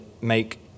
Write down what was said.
make